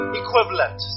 equivalent